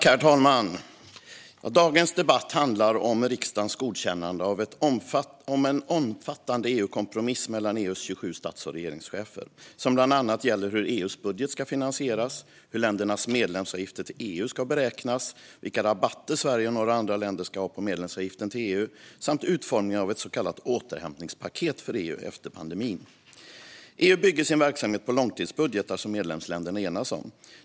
Herr talman! Dagens debatt handlar om riksdagens godkännande av en omfattande EU-kompromiss mellan EU:s 27 stats och regeringschefer som bland annat gäller hur EU:s budget ska finansieras, hur ländernas medlemsavgifter till EU ska beräknas, vilka rabatter Sverige och några andra länder ska ha på medlemsavgiften till EU samt utformningen av ett så kallat återhämtningspaket för EU efter pandemin. EU bygger sin verksamhet på långtidsbudgetar som medlemsländerna enas om.